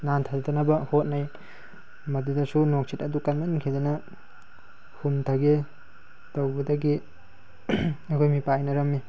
ꯅꯥꯟꯊꯗꯅꯕ ꯍꯣꯠꯅꯩ ꯃꯗꯨꯗꯁꯨ ꯅꯨꯡꯁꯤꯠ ꯑꯗꯨ ꯀꯟꯃꯟꯈꯤꯗꯅ ꯍꯨꯝꯊꯒꯦ ꯇꯧꯕꯗꯒꯤ ꯑꯩꯈꯣꯏ ꯃꯤꯄꯥꯏꯅꯔꯝꯃꯤ